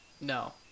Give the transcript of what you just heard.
No